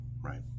right